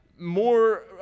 more